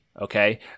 Okay